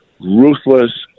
ruthless